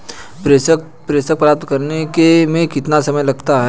प्रेषण प्राप्त करने में कितना समय लगता है?